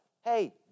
Hey